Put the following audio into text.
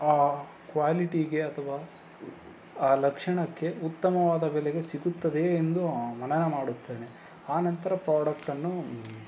ಆ ಕ್ವಾಲಿಟಿಗೆ ಅಥವಾ ಆ ಲಕ್ಷಣಕ್ಕೆ ಉತ್ತಮವಾದ ಬೆಲೆಗೆ ಸಿಗುತ್ತದೆ ಎಂದು ನಮನ ಮಾಡುತ್ತೇನೆ ಆ ನಂತರ ಪ್ರಾಡಕ್ಟನ್ನು